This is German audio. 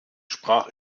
sprach